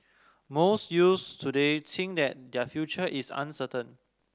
most youths today think that their future is uncertain